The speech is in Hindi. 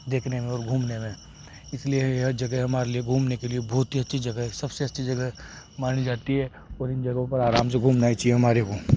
देखने में और घूमने में इसलिए यह जगह हमारे लिए घूमने के लिए बहुत ही अच्छी जगह सबसे अच्छी जगह मानी जाती है और इन जगहों पर आराम से घूमना ही चाहिए हमारे को